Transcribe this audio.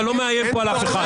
אתה לא מאיים פה על אף אחד.